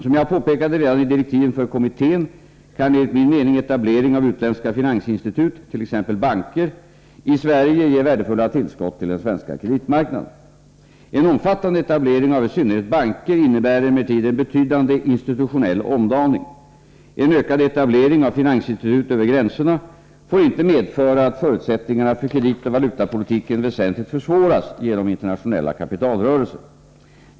Som jag påpekade redan i direktiven för kommittén kan enligt min mening etablering av utländska finansinstitut — t.ex. banker — i Sverige ge värdefulla tillskott till den svenska kreditmarknaden. En omfattande etablering av i synnerhet banker innebär emellertid en betydande institutionell omdaning. En ökad etablering av finansinstitut över gränserna får inte medföra att förutsättningarna för kreditoch valutapolitiken väsentligt försvåras genom internationella kapitalrörelser.